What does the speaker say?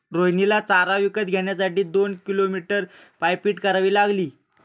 रोहिणीला चारा विकत घेण्यासाठी दोन किलोमीटर पायपीट करावी लागली